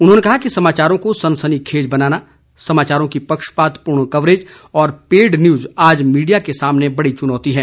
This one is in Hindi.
उन्होंने कहा कि समाचारों को सनसनी खेज बनाना समाचारों की पक्षपात पूर्ण कवरेज और पेड न्यूज आज मीडिया के सामने बड़ी चुनौती है